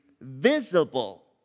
visible